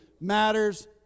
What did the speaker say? matters